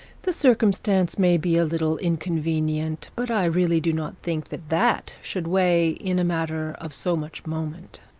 the circumstance may be a little inconvenient, but i really do not think that that should weigh in a matter of so much moment